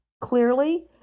Clearly